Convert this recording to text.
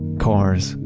cars,